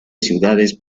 ciudades